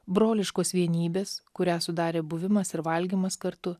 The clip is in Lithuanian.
broliškos vienybės kurią sudarė buvimas ir valgymas kartu